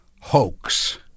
hoax